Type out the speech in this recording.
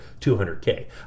200k